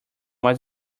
was